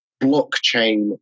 Blockchain